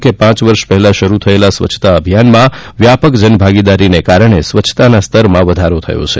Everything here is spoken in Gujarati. તેમણે કહ્યું કે પાંચ વર્ષ પહેલા શરૂ થયેલા સ્વચ્છતા અભિયાનમાં વ્યાપક જનભાગીદારીને કારણે સ્વચ્છતાના સ્તરમાં વધારો થયો છે